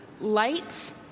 light